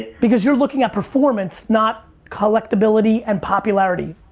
because you're looking at performance, not collectability and popularity.